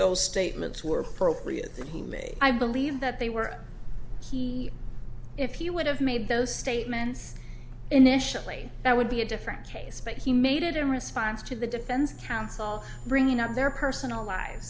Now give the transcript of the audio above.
those statements were appropriate that he may i believe that they were he if you would have made those statements initially that would be a different case but he made it in response to the defense counsel bringing up their personal lives